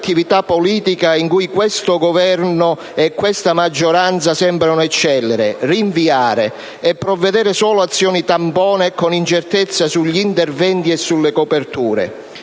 attività politica in cui questo Governo e questa maggioranza sembrano eccellere: rinviare e prevedere solo azioni tampone con incertezza sugli interventi e sulle coperture.